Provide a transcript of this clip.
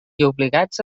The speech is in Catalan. obligats